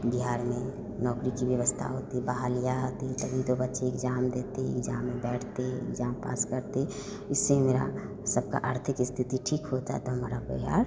बिहार में नौकरी की व्यवस्था होती बहालिया आती है तभी तो बच्चे एग्जाम देते हैं एग्जाम में बैठते एग्जाम पास करते इससे मेरी सबकी आर्थिक स्थिति ठीक होती तो हमारा परिवार